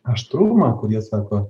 aštrumą kurie sako